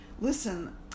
listen